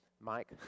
Mike